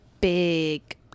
big